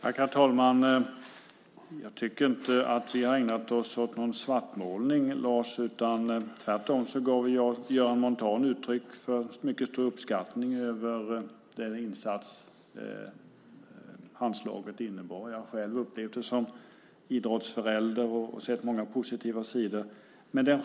Herr talman! Jag tycker inte att vi har ägnat oss åt någon svartmålning, Lars. Tvärtom gav Göran Montan uttryck för mycket stor uppskattning av den insats Handslaget innebar. Jag har själv som idrottsförälder upplevt det och sett många positiva sidor av det.